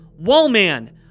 Wallman